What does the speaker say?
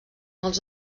els